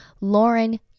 Lauren